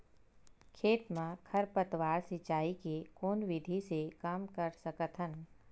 खेत म खरपतवार सिंचाई के कोन विधि से कम कर सकथन?